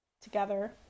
together